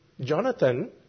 Jonathan